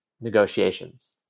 negotiations